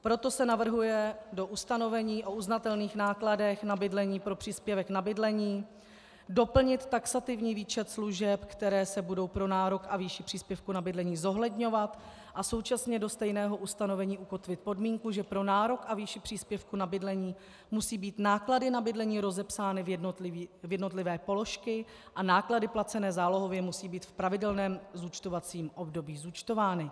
Proto se navrhuje do ustanovení o uznatelných nákladech na bydlení pro příspěvek na bydlení doplnit taxativní výčet služeb, které se budou pro nárok a výši příspěvku na bydlení zohledňovat, a současně do stejného ustanovení ukotvit podmínku, že pro nárok a výši příspěvku na bydlení musí být náklady na bydlení rozepsány v jednotlivé položky a náklady placené zálohově musí být v pravidelném zúčtovacím období zúčtovány.